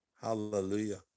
Hallelujah